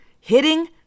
hitting